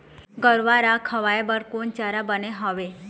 गरवा रा खवाए बर कोन चारा बने हावे?